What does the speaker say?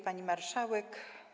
Pani Marszałek!